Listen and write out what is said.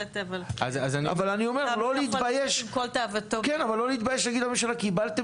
אבל אני אומר: לא להתבייש --- אין אדם יוצא עם כל תאוותו בידו.